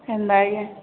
ହେନ୍ତା ଆଏ କାଏଁ